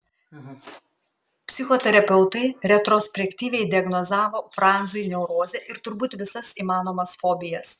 psichoterapeutai retrospektyviai diagnozavo franzui neurozę ir turbūt visas įmanomas fobijas